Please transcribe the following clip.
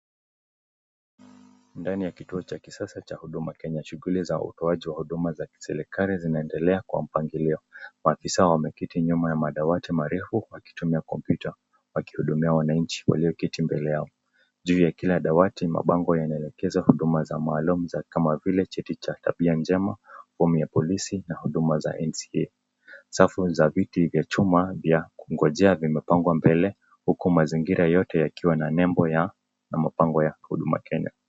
Ndani ya kituo cha kisasa cha Huduma Kenya, shughuli za utoaji wa huduma za kiserikali zinaendelea kwa mpangilio. Maafisa wameketi nyuma ya madawati marefu wakitumia kompyuta, wakihudumia wananchi walioketi mbele yao. Juu ya kila dawati, mabango yanaelekeza huduma za maalum za kama vile cheti cha tabia njema, fomu ya polisi na huduma za NCA. Safu za viti vya chuma vya kungojea vimepangwa mbele, huku mazingira yote yakiwa na nembo ya na mabango ya Huduma Kenya.